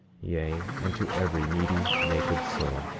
yea, and to every needy, naked soul.